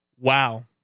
Wow